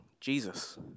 Jesus